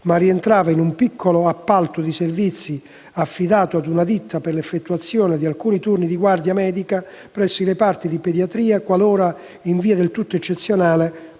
ma rientrava in un piccolo appalto di servizi affidato ad una ditta per l'effettuazione di alcuni turni di guardia medica presso i reparti di pediatria, qualora, in via del tutto eccezionale,